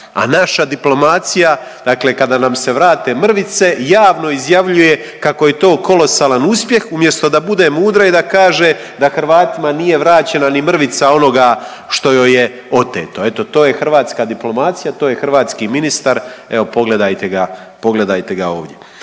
a naša diplomacija, dakle kada nam se vrate mrvice, javno izjavljuje kako je to kolosalan uspjeh, umjesto da bude mudra i da kaže da Hrvatima nije vraćena ni mrvica onoga što joj je oteto, eto to je hrvatska diplomacija, to je hrvatski ministar, evo pogledajte ga ovdje.